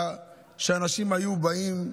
אנשים היו באים,